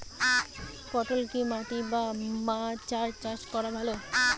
পটল কি মাটি বা মাচায় চাষ করা ভালো?